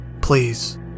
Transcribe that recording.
Please